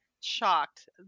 shocked